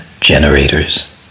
generators